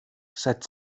seit